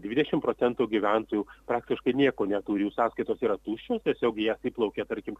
dvidešimt procentų gyventojų praktiškai nieko neturi jų sąskaitos yra tuščios tiesiog į jas įplaukia tarkim